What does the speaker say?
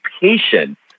patience